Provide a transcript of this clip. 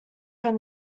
from